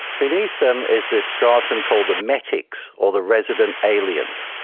beneath them is this stratum called the metics or the resident aliens.